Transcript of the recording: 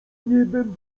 niebem